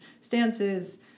stances